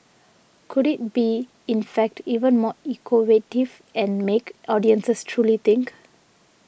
could it be in fact even more evocative and make audiences truly think